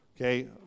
Okay